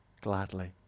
gladly